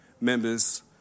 members